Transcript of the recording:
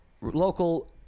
local